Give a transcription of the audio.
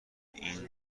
این